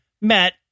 met